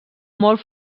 molt